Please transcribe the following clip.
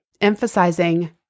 emphasizing